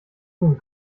tun